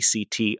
ACT